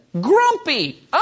grumpy